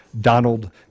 Donald